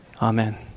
Amen